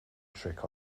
trick